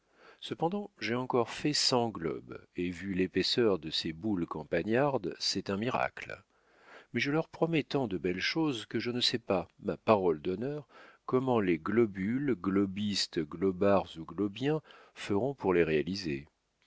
cependant j'ai encore fait cent globes et vu l'épaisseur de ces boules campagnardes c'est un miracle mais je leur promets tant de belles choses que je ne sais pas ma parole d'honneur comment les globules globistes globards ou globiens feront pour les réaliser